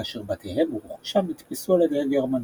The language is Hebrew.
כאשר בתיהם ורכושם נתפסו על ידי הגרמנים.